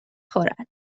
خورد